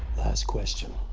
last question,